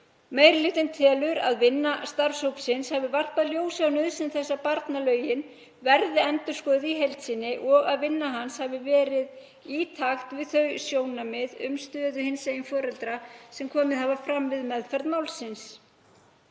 Meiri hlutinn telur að vinna starfshópsins hafi varpað ljósi á nauðsyn þess að barnalögin verði endurskoðuð í heild sinni, og að vinna hans hafi verið í takt við þau sjónarmið um stöðu hinsegin foreldra sem komið hafa fram við meðferð málsins.